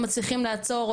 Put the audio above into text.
אם מצליחים לעצור,